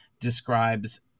describes